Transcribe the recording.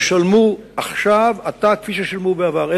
ישלמו עתה כפי ששילמו בעבר,